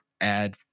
add